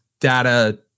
data